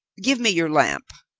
give me your lamp.